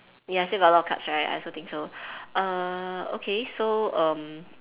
ya still got a lot of cards right I also think so err okay so um